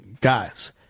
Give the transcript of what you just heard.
guys